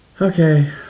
Okay